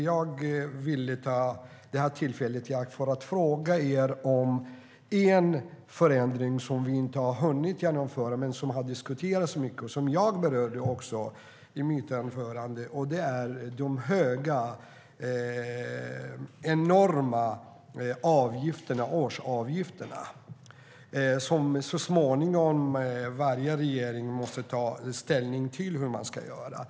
Jag ville ta tillfället i akt och fråga om en förändring som vi inte har hunnit genomföra men som har diskuterats mycket. Jag berörde frågan i mitt anförande. Det gäller de enormt höga årsavgifterna, som varje regering så småningom måste ta ställning till vad man ska göra med.